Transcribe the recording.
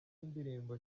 y’indirimbo